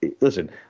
listen